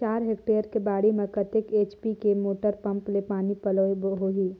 चार हेक्टेयर के बाड़ी म कतेक एच.पी के मोटर पम्म ले पानी पलोय बर होही?